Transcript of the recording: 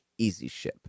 EasyShip